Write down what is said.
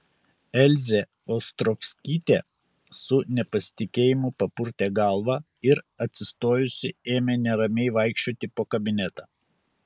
elzė ostrovskytė su nepasitikėjimu papurtė galvą ir atsistojusi ėmė neramiai vaikščioti po kabinetą